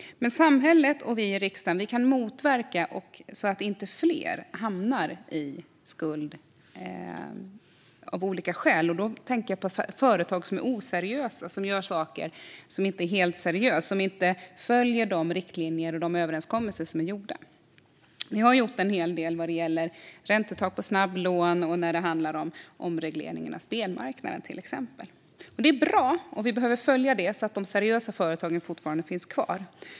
Men samhället och vi i riksdagen kan motverka detta så att inte fler hamnar i skuld av olika skäl. Jag tänker på företag som är oseriösa eller som gör saker som inte är helt seriösa. Det är företag som inte följer de riktlinjer som finns och de överenskommelser som är gjorda. Vi har gjort en hel del när det gäller räntetak och snabblån och när det handlar om omregleringen av spelmarknaden, till exempel. Det är bra, och vi behöver följa detta så att de seriösa företagen fortfarande finns kvar.